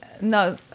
No